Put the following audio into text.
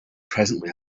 presently